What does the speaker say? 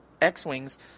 X-Wings